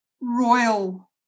royal